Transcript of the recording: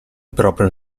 proprio